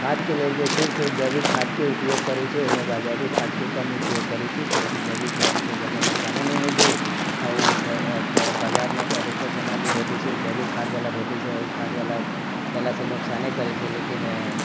खादके लेल जे छै से जैविक खादके उपयोग करैत छै एहिमे बजारु खादके कम उपयोग करैत छै किआकि जैविक खाद से जादा नुकसानो नहि होइत छै आओर ओ बाजारमे तऽ अधिकतर सामान जे भेटैत छै ओ जैविक खाद बाला भेटैत छै ओहि खाद बाला खेनाइ से नुकसाने करैत छै लेकिन